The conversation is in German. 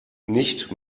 nicht